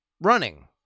running